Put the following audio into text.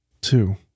Two